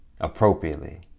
appropriately